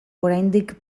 oraindik